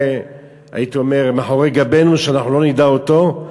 הייתי אומר, מאחורי גבנו ושאנחנו לא נדע אותו.